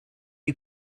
you